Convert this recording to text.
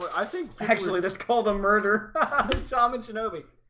i think actually that's called a murder um and shinobi,